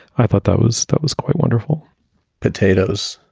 i thought that was that was quite wonderful potatoes